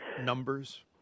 numbers